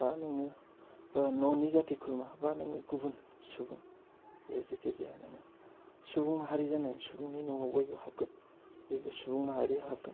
बा नोङो न'नि जाथि खुरमा बा नोङो गुबुन सुबुं जेखि जाया नोङो सुबुं माहारि जानो सुबुंनि न'आव बयबो हाबगोन बयबो सुबुं माहारिया हाबगोन